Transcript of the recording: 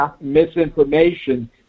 misinformation